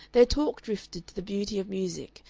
their talk drifted to the beauty of music,